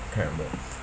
can't remember